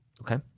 Okay